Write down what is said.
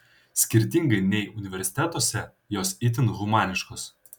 skirtingai nei universitetuose jos itin humaniškos